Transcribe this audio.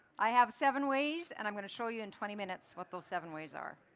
i have seven ways and i'm going to show you in twenty minutes what those seven ways are.